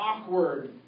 awkward